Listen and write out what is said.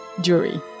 jury